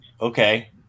okay